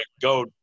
go